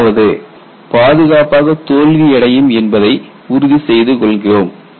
அதாவது பாதுகாப்பாக தோல்வியடையும் என்பதை உறுதி செய்து கொள்கிறோம்